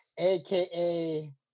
AKA